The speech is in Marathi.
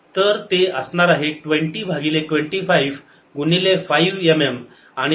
तर ते असणार आहे 20 भागिले 25 गुणिले 5 mm आणि ते 4 mm असे येते